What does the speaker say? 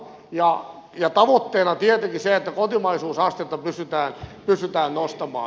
tavoitteena on tietenkin se että kotimaisuusastetta pystytään nostamaan